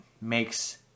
makes